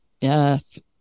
Yes